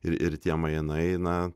ir ir tie mainai na